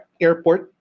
Airport